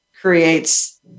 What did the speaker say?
creates